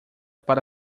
para